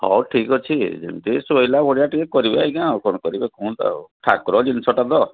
ହେଉ ଠିକ ଅଛି ଯେମିତି ସହିଲା ଭଳିଆ ଟିକିଏ କରିବେ ଆଜ୍ଞା ଆଉ କ'ଣ କରିବେ କୁହନ୍ତୁ ଆଉ ଠାକୁର ଜିନିଷଟା ତ